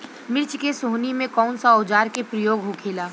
मिर्च के सोहनी में कौन सा औजार के प्रयोग होखेला?